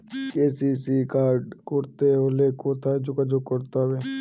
KCC card করতে হলে কোথায় যোগাযোগ করতে হবে?